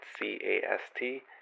C-A-S-T